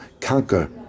conquer